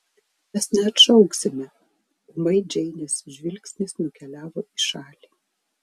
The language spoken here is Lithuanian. mes neatšauksime ūmai džeinės žvilgsnis nukeliavo į šalį